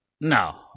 No